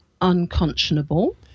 unconscionable